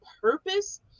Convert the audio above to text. purpose